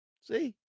See